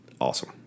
awesome